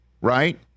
right